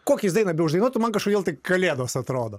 kokią jis dainą beuždainuotų man kažkodėl tai kalėdos atrodo